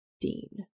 Dean